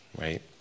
right